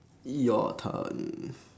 your turn